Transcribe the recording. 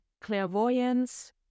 clairvoyance